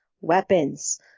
weapons